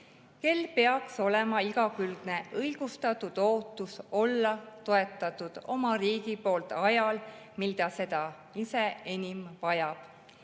kellel peaks olema igakülgne õigustatud ootus olla toetatud oma riigi poolt ajal, mil ta seda ise enim vajab.